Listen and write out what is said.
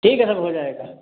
ठीक है सब हो जाएगा